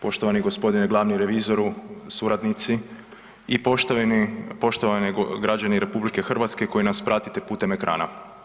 Poštovani gospodine glavni revizoru, suradnici i poštovani građani RH koji nas pratite putem ekrana.